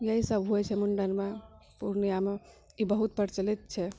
यहि सब होइ छै मुण्डनमे पूर्णियामे ई बहुत प्रचलित छै